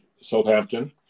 Southampton